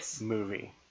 movie